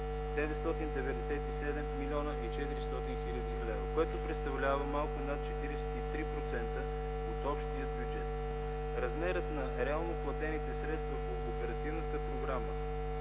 997 млн. 400 хил. лв., което представлява малко над 43% от общия бюджет. Размерът на реално платените средства по оперативната програма